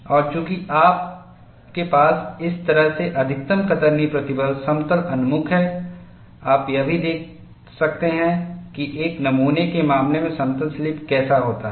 और चूंकि आपके पास इस तरह से अधिकतम कतरनी प्रतिबल समतल उन्मुख है आप यह भी देख सकते हैं कि एक नमूने के मामले में समतल स्लिपकैसे होता है